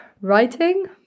Writing